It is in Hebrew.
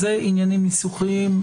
אלה עניינים ניסוחיים,